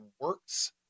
works